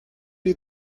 you